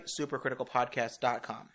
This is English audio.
supercriticalpodcast.com